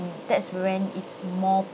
that's when it's more